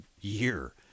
year